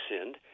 sinned